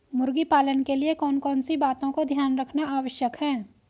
मुर्गी पालन के लिए कौन कौन सी बातों का ध्यान रखना आवश्यक है?